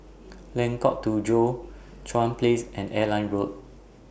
Lengkok Tujoh Chuan Place and Airline Road